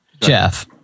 Jeff